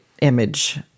image